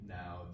now